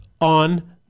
on